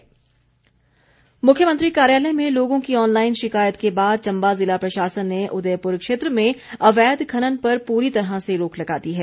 अवैध खनन मुख्यमंत्री कार्यालय में लोगों की ऑनलाईन शिकायत के बाद चम्बा जिला प्रशासन ने उदयपुर क्षेत्र में अवैध खनन पर पूरी तरह से रोक लगा दी है